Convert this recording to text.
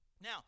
Now